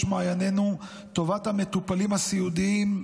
מעיינינו טובת המטופלים הסיעודיים,